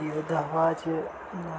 फ्ही ओह्दे शा बाद च